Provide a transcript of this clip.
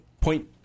point